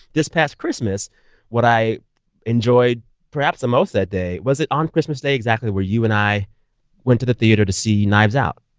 this past christmas what i enjoyed perhaps the most that day was it on christmas day exactly where you and i went to the theater to see knives out?